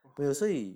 !wah! 还在找啊